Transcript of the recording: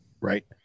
right